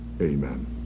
Amen